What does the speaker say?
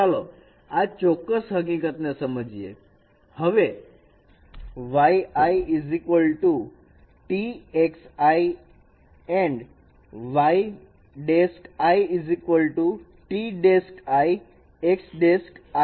તો ચાલો આ ચોક્કસ હકીકત ને સમજીએ